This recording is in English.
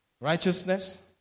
righteousness